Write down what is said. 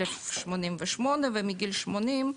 1,088 ומגיל 80: